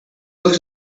looks